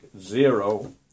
zero